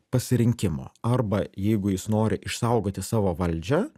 pasirinkimu arba jeigu jis nori išsaugoti savo valdžią